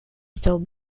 still